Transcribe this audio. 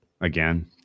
again